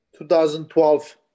2012